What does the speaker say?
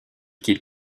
quitte